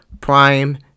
Prime